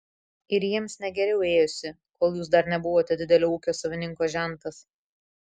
ir jiems ne geriau ėjosi kol jūs dar nebuvote didelio ūkio savininko žentas